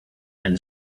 and